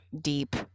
deep